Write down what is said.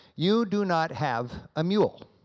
you do not have a mule,